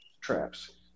traps